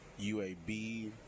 UAB